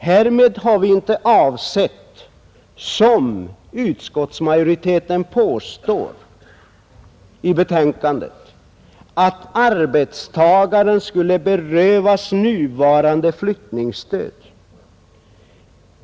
Därmed har vi inte, som utskottsmajoriteten påstår i betänkandet, avsett att arbetstagaren skulle berövas nuvarande flyttningsstöd.